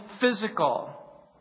physical